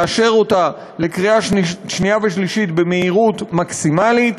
לאשר אותה בקריאה שנייה ושלישית במהירות מקסימלית,